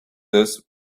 this